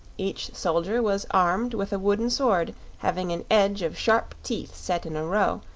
each soldier was armed with a wooden sword having an edge of sharp teeth set in a row,